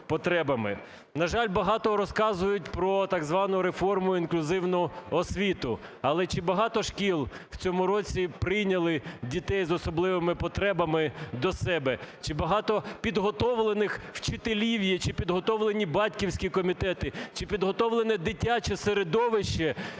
На жаль, багато розказують про так звану реформу – інклюзивну освіту. Але чи багато шкіл в цьому році прийняли дітей з особливими потребами до себе? Чи багато підготовлених вчителів є? Чи підготовлені батьківські комітети, чи підготовлене дитяче середовище